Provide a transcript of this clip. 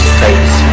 face